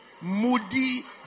moody